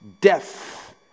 death